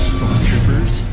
Stormtroopers